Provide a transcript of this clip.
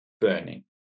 burning